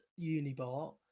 unibar